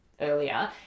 earlier